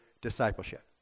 discipleship